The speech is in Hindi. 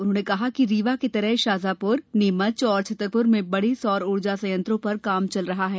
उन्होंने कहा कि रीवा की तरह शाजापुर नीमच और छतरपुर में बड़े सौर ऊर्जा संयंत्रों पर काम चल रहा है